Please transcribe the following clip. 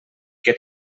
que